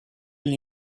gli